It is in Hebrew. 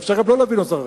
אפשר גם לא להביא נוסח אחר,